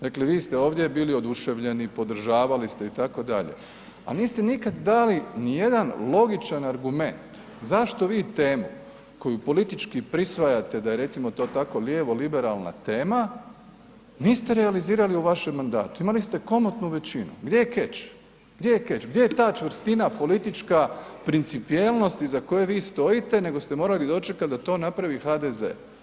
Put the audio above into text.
Dakle, vi ste ovdje bili oduševljeni, podržavali ste itd., a niste nikad dali ni jedan logičan argument zašto vi temu koju politički prisvajate da je recimo to tako lijevo liberalna tema niste realizirali u vašem mandatu, imali ste komotnu većinu, gdje je keč, gdje je keč, gdje je ta čvrstina, politička principijelnost iza koje vi stojite nego ste morali dočekati da to napravi HDZ.